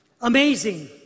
Amazing